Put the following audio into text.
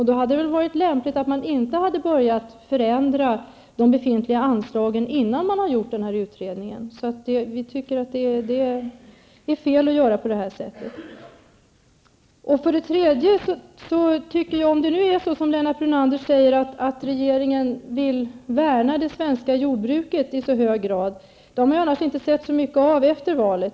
Då hade det varit lämpligt att inte börja förändra de befintliga anslagen innan denna utredning är klar. Det är fel att göra på detta sätt. Lennart Brunander säger att regeringen vill värna det svenska jordbruket i hög grad. Det har man inte sett så mycket av efter valet.